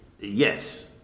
Yes